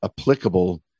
applicable